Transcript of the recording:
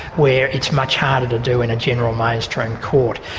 where it's much harder to do in a general mainstream court.